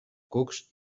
cucs